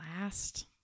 last